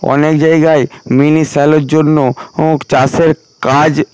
অনেক জায়গায় মিনি শ্যালোর জন্য চাষের কাজ